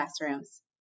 classrooms